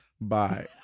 bye